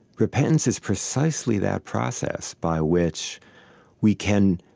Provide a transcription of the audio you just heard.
repentance is precisely that process by which we can,